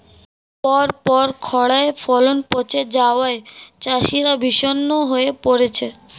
পরপর খড়ায় ফলন পচে যাওয়ায় চাষিরা বিষণ্ণ হয়ে পরেছে